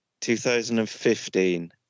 2015